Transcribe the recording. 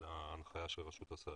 לגבי ההנחיה של רשות הסייבר.